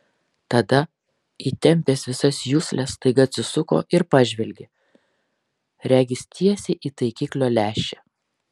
tada įtempęs visas jusles staiga atsisuko ir pažvelgė regis tiesiai į taikiklio lęšį